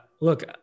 Look